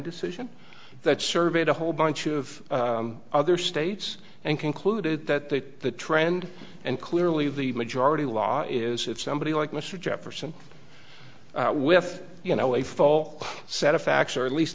decision that surveyed a whole bunch of other states and concluded that the trend and clearly the majority law is if somebody like mr jefferson with you know a full set of facts or at least